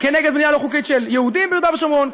כנגד בנייה לא חוקית של יהודים ביהודה ושומרון,